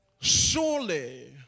Surely